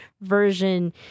version